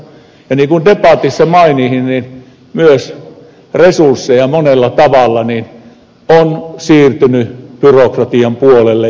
niin kuin debatissa mainitsin myös resursseja on monella tavalla siirtynyt byrokratian pyörityksen puolelle